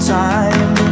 time